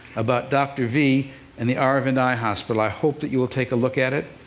about dr. v and the aravind eye hospital. i hope that you will take a look at it.